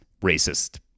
racist